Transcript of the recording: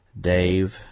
Dave